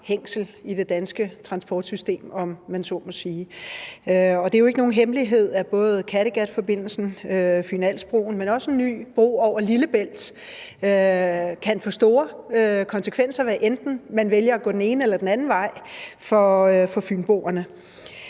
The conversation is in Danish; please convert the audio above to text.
hængsel i det danske transportsystem, om man så må sige. Det er jo ikke nogen hemmelighed, at både Kattegatforbindelsen, Fyn-Als-broen, men også en ny bro over Lillebælt kan få store konsekvenser for fynboerne, hvad enten man vælger at gå den ene eller den anden vej. Ministeren